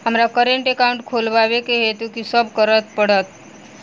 हमरा current account खोलेवाक हेतु की सब करऽ पड़त?